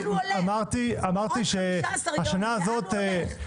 עוד 15 יום לאן הוא הולך?